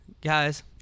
guys